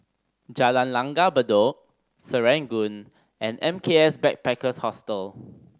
Jalan Langgar Bedok Serangoon and M K S Backpackers Hostel